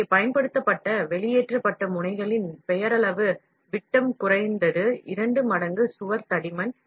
எனவே சுவரின் தடிமன் பயன்படுத்தப்பட்ட வெளியேற்றப்பட்ட முனைகளின் பெயரளவு விட்டத்தை விட இரண்டு மடங்காக இருக்கும்